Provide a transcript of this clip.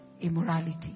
immorality